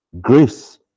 Grace